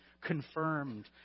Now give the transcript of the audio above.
confirmed